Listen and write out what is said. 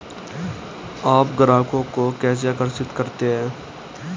आप ग्राहकों को कैसे आकर्षित करते हैं?